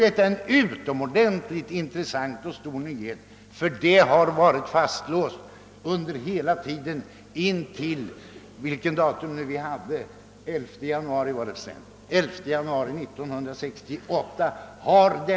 Detta är som sagt en stor nyhet, ty kostnadsramen har varit fastlåst under hela tiden intill den 11 januari 1968.